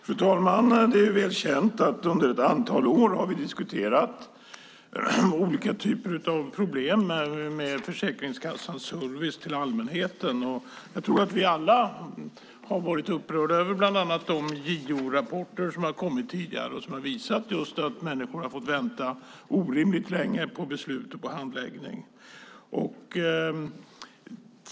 Fru talman! Det är väl känt att vi under ett antal år har diskuterat olika typer av problem med Försäkringskassans service till allmänheten. Jag tror att vi alla har varit upprörda över bland annat de JO-rapporter som har kommit tidigare och som har visat just att människor har fått vänta orimligt länge på handläggning och beslut.